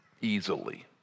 easily